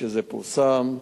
שזה פורסם.